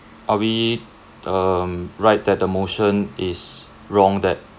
are we um right that the motion is wrong that